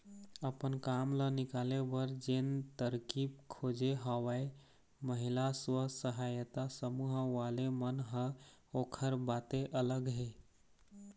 अपन काम ल निकाले बर जेन तरकीब खोजे हवय महिला स्व सहायता समूह वाले मन ह ओखर बाते अलग हे